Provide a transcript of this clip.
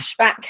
cashback